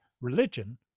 religion